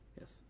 Yes